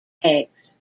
eggs